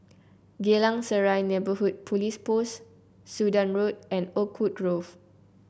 Geylang Serai Neighbourhood Police Post Sudan Road and Oakwood Grove